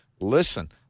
Listen